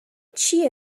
چیه